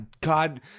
God